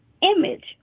image